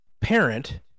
parent